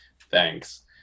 thanks